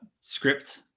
script